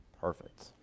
perfect